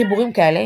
חיבורים אלה,